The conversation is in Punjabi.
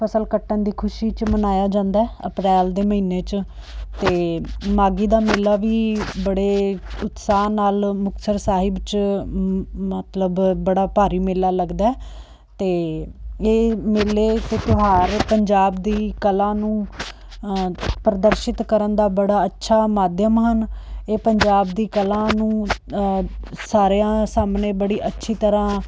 ਫਸਲ ਕੱਟਣ ਦੀ ਖੁਸ਼ੀ 'ਚ ਮਨਾਇਆ ਜਾਂਦਾ ਅਪ੍ਰੈਲ ਦੇ ਮਹੀਨੇ 'ਚ ਅਤੇ ਮਾਘੀ ਦਾ ਮੇਲਾ ਵੀ ਬੜੇ ਉਤਸਾਹ ਨਾਲ ਮੁਕਤਸਰ ਸਾਹਿਬ 'ਚ ਮ ਮਤਲਬ ਬੜਾ ਭਾਰੀ ਮੇਲਾ ਲੱਗਦਾ ਅਤੇ ਇਹ ਮੇਲੇ ਅਤੇ ਤਿਉਹਾਰ ਪੰਜਾਬ ਦੀ ਕਲਾ ਨੂੰ ਪ੍ਰਦਰਸ਼ਿਤ ਕਰਨ ਦਾ ਬੜਾ ਅੱਛਾ ਮਾਧਿਅਮ ਹਨ ਇਹ ਪੰਜਾਬ ਦੀ ਕਲਾ ਨੂੰ ਸਾਰਿਆਂ ਸਾਹਮਣੇ ਬੜੀ ਅੱਛੀ ਤਰ੍ਹਾਂ